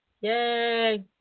Yay